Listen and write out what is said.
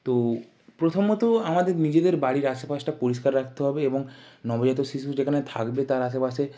তো প্রথমত আমাদের নিজেদের বাড়ির আশপাশটা পরিষ্কার রাখতে হবে এবং নবজাতক শিশু যেখানে থাকবে তার আশেপাশে